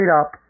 up